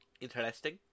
Interesting